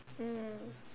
mm